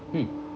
hmm